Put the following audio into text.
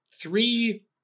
three